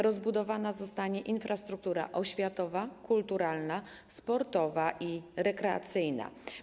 Rozbudowana zostanie infrastruktura oświatowa, kulturowa, sportowa i rekreacyjna.